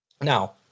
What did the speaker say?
Now